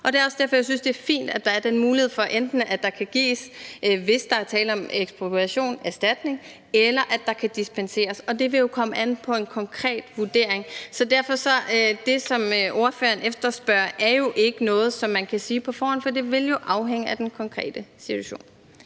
også derfor, jeg synes, det er fint, at der er den mulighed for, at der enten kan gives – hvis der er tale om ekspropriation – erstatning, eller at der kan dispenseres. Og det vil jo komme an på en konkret vurdering, så derfor er det, som ordføreren efterspørger, jo ikke noget, man kan sige på forhånd, for det vil afhænge af den konkrete situation.